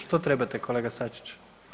Što trebate kolega Sačić?